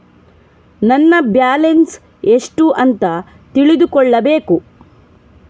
ನನ್ನ ಬ್ಯಾಲೆನ್ಸ್ ಎಷ್ಟು ಅಂತ ತಿಳಿದುಕೊಳ್ಳಬೇಕು?